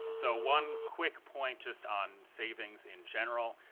so one quick point just on savings in general,